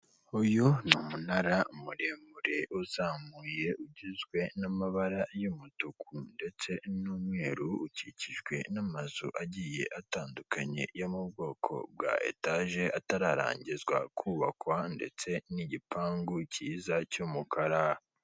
Uyu ni umunara muremure uzamuye ugizwe n'amabara y'umutuku ndetse n'umweru, ukikijwe n'amazu agiye atandukanye yo mu bwoko bwa etaje atararangizwa kubakwa ndetse n'igipangu cyiza cy'umukara.